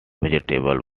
vegetable